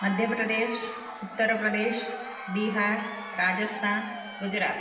मध्यप्रदेशः उत्तरप्रदेशः बिहारः राजस्थानं गुजरातः